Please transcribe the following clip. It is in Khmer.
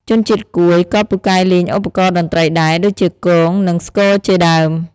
ជនជាតិកួយក៏ពូកែលេងឧបករណ៍តន្ត្រីដែរ ដូចជាគង និង ស្គរជាដើម។